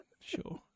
Sure